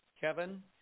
kevin